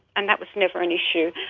and that was never an issue.